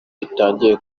itangiye